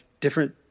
different